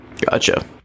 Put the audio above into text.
Gotcha